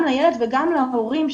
גם לילד וגם להורים,